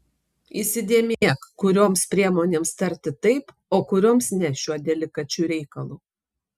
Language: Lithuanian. įsidėmėk kurioms priemonėms tarti taip o kurioms ne šiuo delikačiu reikalu